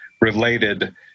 related